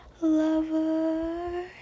Lover